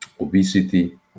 obesity